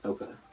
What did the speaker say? Okay